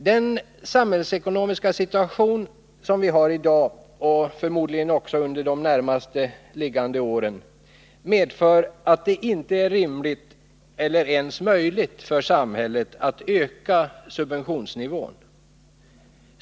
Den samhällsekonomiska situationen i dag, och förmodligen också under de närmaste åren, medför att det inte är rimligt eller ens möjligt för samhället att öka subventionsnivån.